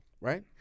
Right